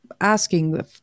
asking